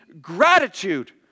gratitude